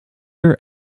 your